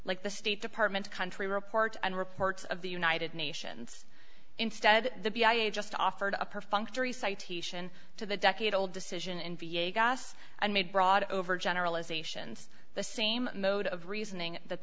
like the state department country report and reports of the united nations instead the just offered a perfunctory citation to the decade old decision in vegas and made broad overgeneralizations the same mode of reasoning that